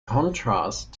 contrast